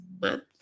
month